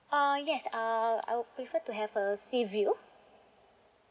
uh yes uh I would prefer to have a sea view